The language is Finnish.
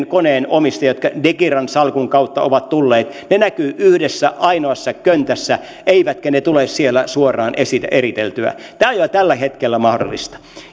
koneen omistajat jotka degiron salkun kautta ovat tulleet ne näkyvät yhdessä ainoassa köntässä eivätkä tule siellä suoraan eritellyiksi tämä on jo tällä hetkellä mahdollista